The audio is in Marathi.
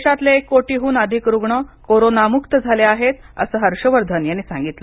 देशातले एक कोटीहून अधिक रुग्ण कोरोनामुक्त झाले आहेत असं हर्ष वर्धन यांनी सांगितलं